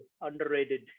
underrated